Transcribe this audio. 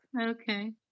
Okay